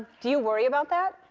do you worry about that?